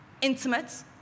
intimate